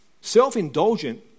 self-indulgent